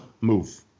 move